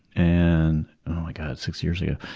and oh my god, six years ago!